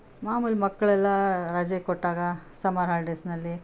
ಮಾಮೂಲು ಮಕ್ಕಳೆಲ್ಲ ರಜೆ ಕೊಟ್ಟಾಗ ಸಮ್ಮರ್ ಹಾಲಿಡೇಸ್ನಲ್ಲಿ